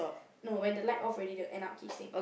no when the light off already then they will end up kissing